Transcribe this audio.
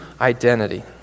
identity